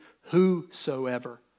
whosoever